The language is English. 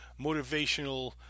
motivational